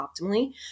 optimally